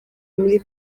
muri